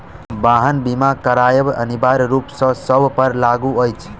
वाहन बीमा करायब अनिवार्य रूप सॅ सभ पर लागू अछि